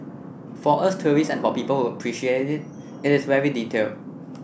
for us tourists and for people who appreciate it it is very detail